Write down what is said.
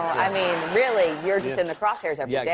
i mean, really, you're just in the cross-hairs every yeah yeah